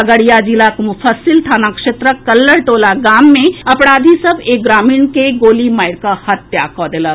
खगड़िया जिलाक मुफस्सिल थाना क्षेत्रक कल्लर टोला गाम मे अपराधी सभ एक ग्रामीण के गोली मारि कऽ हत्या कऽ देलक